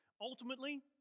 ultimately